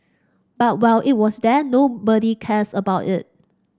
but while it was there nobody cares about it